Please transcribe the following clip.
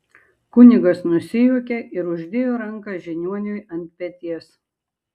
kunigas nusijuokė ir uždėjo ranką žiniuoniui ant peties